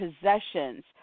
possessions